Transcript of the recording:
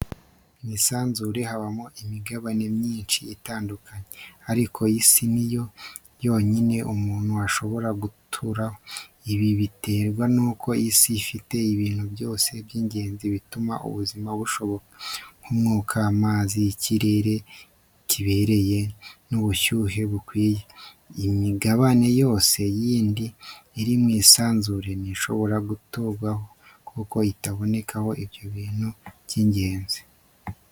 Mu isanzure habamo imigabane myinshi itandukanye, ariko Isi ni yo yonyine umuntu ashobora guturamo. Ibi biterwa n’uko Isi ifite ibintu byose by’ingenzi bituma ubuzima bushoboka, nk’umwuka, amazi, ikirere kibereye, n’ubushyuhe bukwiriye. Imigabane yose yindi iri mu isanzure ntishobora guturwaho kuko itabonekamo ibyo bintu by’ingenzi.